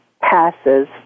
passes